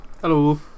Hello